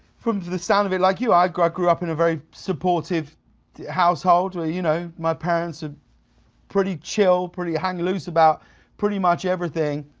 from the sound of it like you, i grew up grew up in a very supportive household where, you know, my parents were pretty chill, pretty hang loose about pretty much everything,